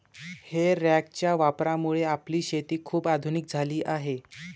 हे रॅकच्या वापरामुळे आपली शेती खूप आधुनिक झाली आहे